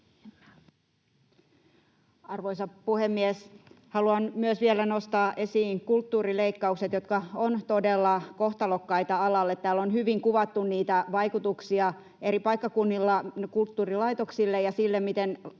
Arvoisa puhemies! Haluan myös vielä nostaa esiin kulttuurileikkaukset, jotka ovat todella kohtalokkaita alalle. Täällä on hyvin kuvattu niitä vaikutuksia eri paikkakunnilla kulttuurilaitoksille ja sille, miten kulttuuri